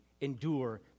endure